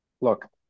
look